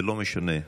ולא משנה אופוזיציה,